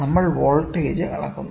നമ്മൾ വോൾട്ടേജ് അളക്കുന്നു